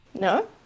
No